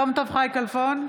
יום טוב חי כלפון,